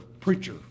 preacher